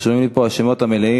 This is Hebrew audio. רשומים לי פה השמות המלאים: